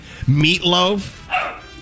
meatloaf